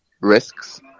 risks